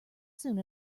soon